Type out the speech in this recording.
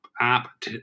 app